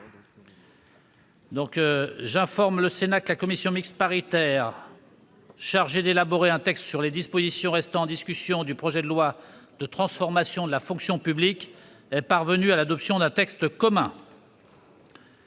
J'informe le Sénat que la commission mixte paritaire chargée d'élaborer un texte sur les dispositions restant en discussion du projet de loi de transformation de la fonction publique est parvenue à l'adoption d'un texte commun.